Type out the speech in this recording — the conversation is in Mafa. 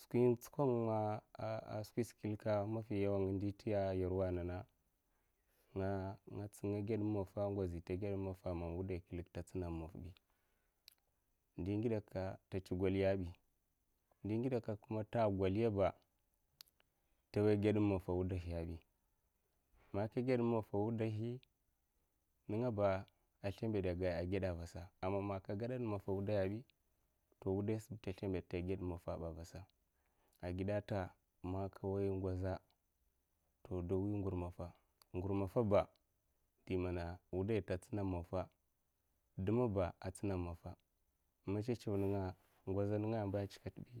skwin nchkwo nga ah a skwisa kileka mafi yawa nga nte nyera ah nana. nga nga ged mu maffa mgozi nta ged mu maffa aman wudai kilek nta ntsina mu maffa bi ndè gide nke'kya nta te goliya bi, nde ngide kye'kya kuma nta goliya ba nta nwaiy ged mu maffa ah wudaya'bi man ka gad mu maffa ah wudahi, nenga ba ah slembada agidè avasa amma man ka gadan maffa ah wudaiya bi nto wuday'sa nta slembada nta ged mu mafa ba vasa agide nta man nwoy ngoza dwo mwi ngur mafa, ngur maffa ba de man wudai'nenga nta ntsina mffa dhuma ba a ntisna dayi maffa, ma chechew nenga ngoza nenga amba nchow kat'bi,